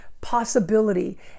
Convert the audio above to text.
possibility